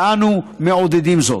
ואנו מעודדים זאת.